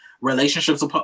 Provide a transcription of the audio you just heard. relationships